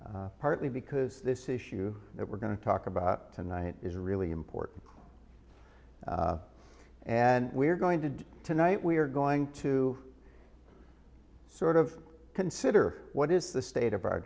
coming partly because this issue that we're going to talk about tonight is really important and we're going to do tonight we're going to sort of consider what is the state of our